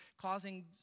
causing